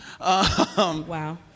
wow